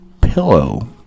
pillow